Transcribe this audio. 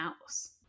house